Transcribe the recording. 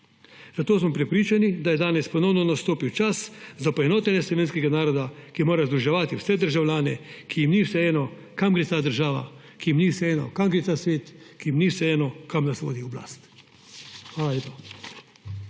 Zato smo prepričani, da je danes ponovno nastopil čas za poenotenje slovenskega naroda, ki mora združevati vse državljane, ki jim ni vseeno, kam gre ta država, ki jim ni vseeno, kam gre ta svet, ki jim ni vseeno, kam nas vodi oblast. Hvala lepa.